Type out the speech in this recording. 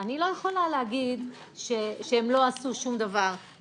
אני לא יכולה להגיד שהם לא עשו שום דבר,